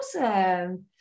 awesome